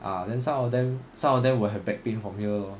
ah then some of them some of them will have back pain from here lor